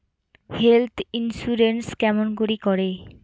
Health insurance কেমন করি করে?